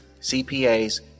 CPAs